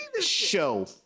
show